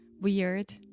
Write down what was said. weird